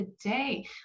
today